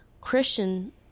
Christian